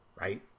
Right